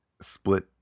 split